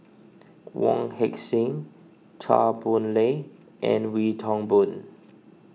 Wong Heck Sing Chua Boon Lay and Wee Toon Boon